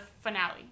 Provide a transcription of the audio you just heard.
finale